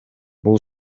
бул